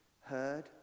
heard